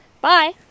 bye